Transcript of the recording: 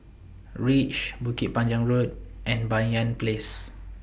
REACH Bukit Panjang Road and Banyan Place